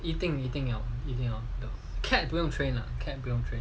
一定要一定要 train cat 不用 train lah cat 不用 trip